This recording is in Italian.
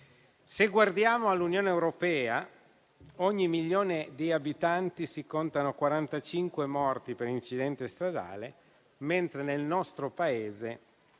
Se guardiamo all'Unione europea, ogni milione di abitanti si contano 45 morti per incidente stradale, mentre nel nostro Paese